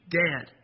dead